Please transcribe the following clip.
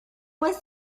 was